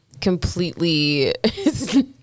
completely